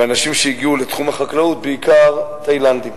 ואנשים שהגיעו לתחום החקלאות הם בעיקר תאילנדים.